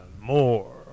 more